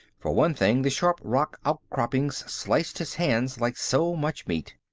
for one thing, the sharp rock outcroppings sliced his hands like so much meat.